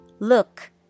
Look